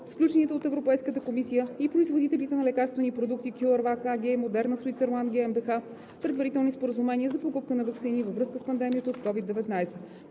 сключените от Европейската комисия и производителите на лекарствени продукти CureVac AG и Moderna Switzerland GmbH предварителни споразумения за покупка на ваксини във връзка с пандемията от COVID-19